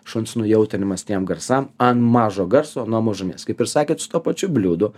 šuns nujautrinimas tiem garsam an mažo garso nuo mažumės kaip ir sakėt su tuo pačiu bliūdu